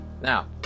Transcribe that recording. Now